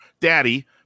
Daddy